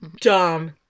Dumb